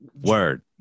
Word